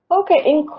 Okay